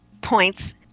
points